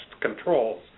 controls